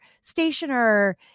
stationer